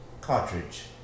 cartridge